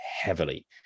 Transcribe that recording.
heavily